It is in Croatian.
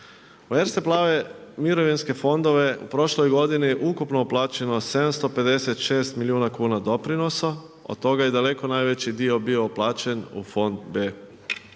U Erste plave mirovinske fondove u prošloj godini ukupno je plaćeno 756 milijuna kuna doprinosa, od toga je daleko najveći dio bio uplaćen u fond B.